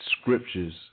scriptures